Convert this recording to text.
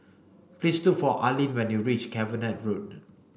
please look for Alleen when you reach Cavenagh Road